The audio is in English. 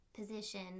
position